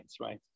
right